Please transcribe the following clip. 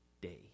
day